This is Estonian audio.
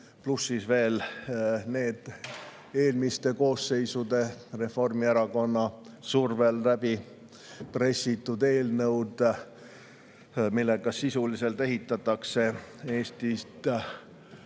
pluss veel need eelmiste koosseisude Reformierakonna survel läbi pressitud eelnõud, millega sisuliselt ehitatakse Eestist